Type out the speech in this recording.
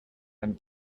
and